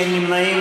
אין נמנעים.